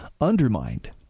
undermined